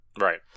Right